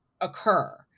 occur